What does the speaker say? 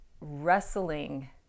wrestling